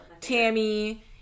Tammy